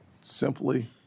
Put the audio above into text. simply